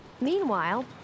Meanwhile